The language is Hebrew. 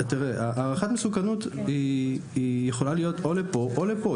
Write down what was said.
הערכת מסוכנות היא יכולה להיות או לפה או לפה.